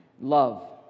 love